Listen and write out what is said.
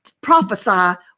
prophesy